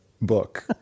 book